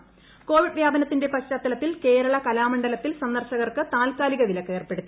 Kalamandalam Covid വ്യാപനത്തിന്റെ പശ്ചാത്തലത്തിൽ കേരള കലാമണ്ഡലത്തിൽ സന്ദർശകർക്ക് താൽക്കാലിക വിലക്ക് ഏർപ്പെടുത്തി